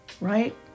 Right